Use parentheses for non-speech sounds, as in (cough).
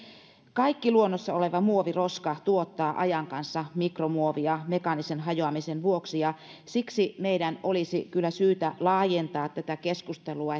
kaikki luonnossa oleva muoviroska tuottaa ajan kanssa mikromuovia mekaanisen hajoamisen vuoksi ja siksi meidän olisi kyllä syytä laajentaa tätä keskustelua (unintelligible)